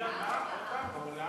בעולם?